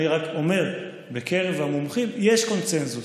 אני רק אומר, בקרב המומחים יש קונסנזוס,